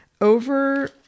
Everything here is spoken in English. over